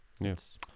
Yes